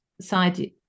side